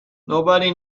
nobody